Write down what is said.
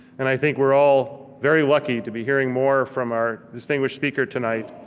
and i think we're all very lucky to be hearing more from our distinguished speaker tonight,